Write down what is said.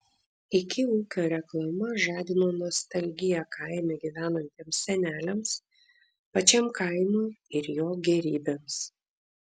iki ūkio reklama žadino nostalgiją kaime gyvenantiems seneliams pačiam kaimui ir jo gėrybėms